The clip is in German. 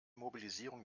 mobilisierung